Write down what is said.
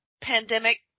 pandemic